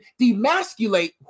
demasculate